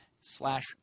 slash